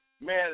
Man